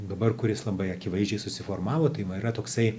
dabar kuris labai akivaizdžiai susiformavo tai va yra toksai